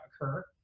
occur